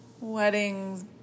Weddings